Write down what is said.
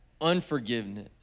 unforgiveness